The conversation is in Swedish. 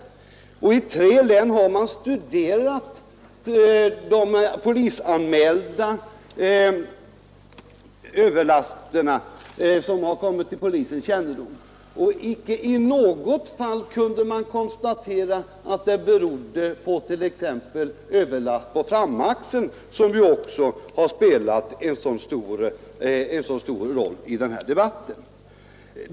I tre län har man studerat de överlaster som kommit till polisens kännedom, och icke i något fall kunde man konstatera att det gällde t.ex. överlast på framaxeln, som spelat så stor roll i den här debatten.